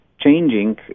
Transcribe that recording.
changing